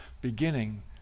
beginning